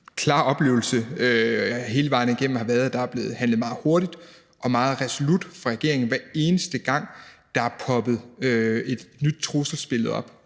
klare oplevelse hele vejen igennem har været, at der er blevet handlet meget hurtigt og meget resolut fra regeringen, hver eneste gang der er poppet et nyt trusselsbillede op.